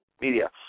media